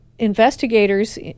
Investigators